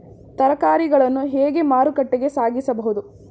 ತರಕಾರಿಗಳನ್ನು ಹೇಗೆ ಮಾರುಕಟ್ಟೆಗೆ ಸಾಗಿಸಬಹುದು?